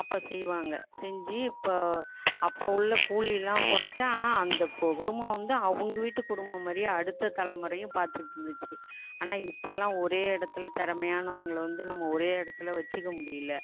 அப்போ செய்வாங்க செஞ்சு இப்போது அப்போது உள்ள கூலியெலாம் குறைச்ச ஆனால் அந்த கு குடும்பம் வந்து அவங்க வீட்டு குடும்பம் மாதிரியே அடுத்த தலைமுறையும் பார்த்துட்ருந்துச்சு ஆனால் இப்போல்லாம் ஒரே இடத்துல திறமையானவுங்கள வந்து நம்ம ஒரே இடத்துல வைச்சிக்க முடியிலை